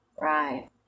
Right